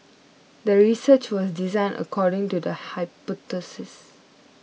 the research was designed according to the hypothesis